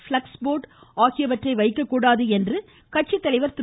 flux board ஆகியவற்றை வைக்கக்கூடாது என்று கட்சித்தலைவர் திரு